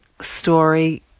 story